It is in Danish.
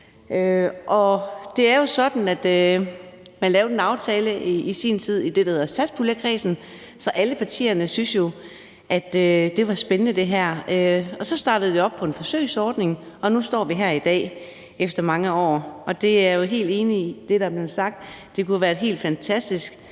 Det er jo sådan, at man i sin tid lavede en aftale i det, der hed satspuljekredsen, og alle partier syntes, at det her var spændende. Så startede vi op med en forsøgsordning, og nu står vi her i dag efter mange år. Og jeg er helt enig i, hvad der blev sagt, nemlig at det kunne have været helt fantastisk,